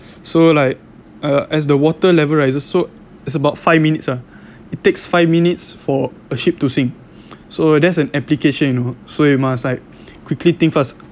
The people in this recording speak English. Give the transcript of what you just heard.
so like uh as the water level rises so it's about five minutes ah it takes five minutes for a ship to sink so that's an application you know so you must like quickly think fast